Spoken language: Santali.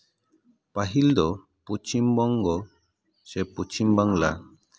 ᱯᱟᱹᱦᱤᱞ ᱫᱚ ᱯᱚᱥᱪᱷᱤᱢ ᱵᱚᱝᱜᱚ ᱥᱮ ᱯᱚᱪᱷᱤᱢ ᱵᱟᱝᱞᱟ